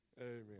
Amen